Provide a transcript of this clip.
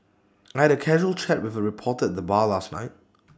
I had A casual chat with A reporter at the bar last night